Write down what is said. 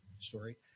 story